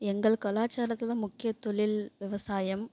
எங்கள் கலாச்சாரத்தில் முக்கிய தொழில் விவசாயம்